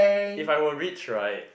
if I were rich right